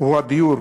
הוא הדיור.